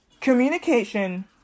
communication